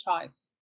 choice